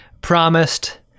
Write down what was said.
promised